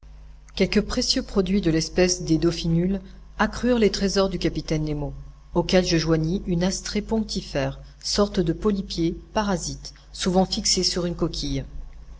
quelques précieux produits de l'espèce des dauphinules accrurent les trésors du capitaine nemo auquel je joignis une astrée punctifère sorte de polypier parasite souvent fixé sur une coquille